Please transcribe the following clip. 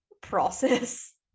process